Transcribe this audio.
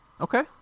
Okay